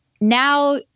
now